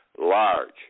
large